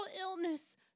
illness